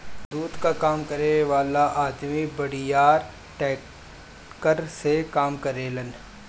दूध कअ काम करे वाला अदमी बड़ियार टैंकर से काम करेलन